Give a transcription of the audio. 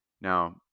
now